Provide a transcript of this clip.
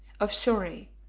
of surrey.